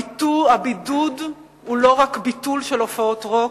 הבידוד הוא לא רק ביטול של הופעות רוק,